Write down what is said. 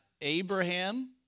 Abraham